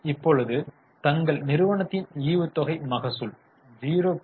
இப்பொழுது தங்கள் நிறுவனத்தின் ஈவுத்தொகை மகசூல் 0